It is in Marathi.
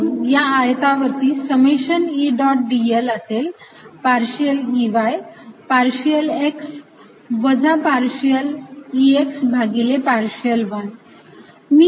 म्हणून या आयतावरती समेशन E डॉट dl असेल पार्शियल Ey भागिले पार्शियल X वजा पार्शियल Ex भागिले पार्शियल y